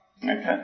Okay